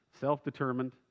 Self-determined